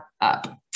up